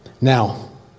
Now